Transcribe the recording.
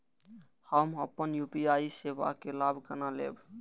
हम अपन यू.पी.आई सेवा के लाभ केना लैब?